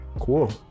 Cool